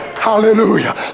Hallelujah